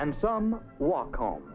and some walk home